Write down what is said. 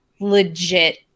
legit